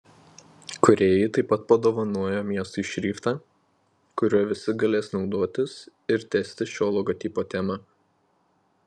kūrėjai taip pat padovanojo miestui šriftą kuriuo visi galės naudotis ir tęsti šią logotipo temą